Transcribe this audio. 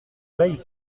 mail